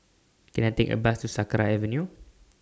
Can I Take A Bus to Sakra Avenue